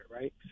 right